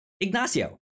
Ignacio